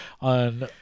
on